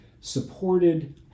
supported